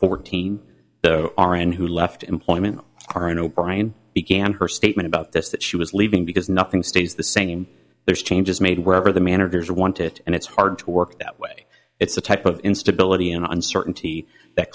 fourteen are and who left employment are in o'brien began her statement about this that she was leaving because nothing stays the same there's changes made wherever the managers want it and it's hard to work that way it's a type of instability and uncertainty that